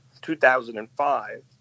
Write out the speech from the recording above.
2005